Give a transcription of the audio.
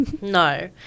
No